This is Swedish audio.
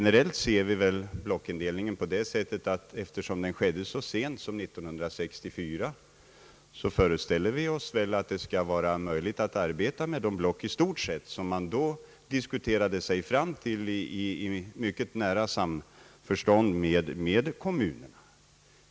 Eftersom blockindelningen skedde så sent som 1964, föreställer vi oss väl generellt att det skall vara möjligt att arbeta med de block i stort sett, som man då diskuterade sig fram till i mycket nära samförstånd med kommunerna.